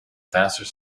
dancers